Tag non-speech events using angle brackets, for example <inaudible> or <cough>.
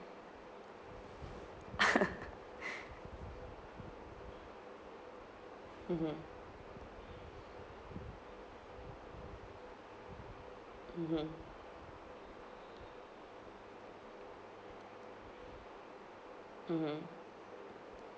<laughs> mmhmm mmhmm mmhmm